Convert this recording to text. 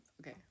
okay